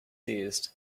seized